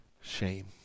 shame